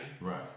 right